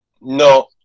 No